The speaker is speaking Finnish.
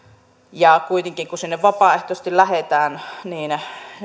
että kun kuitenkin sinne vapaaehtoisesti lähdetään niin